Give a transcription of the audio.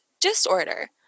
disorder